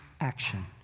action